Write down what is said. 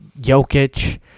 Jokic